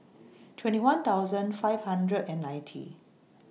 twenty one thousand five hundred and ninety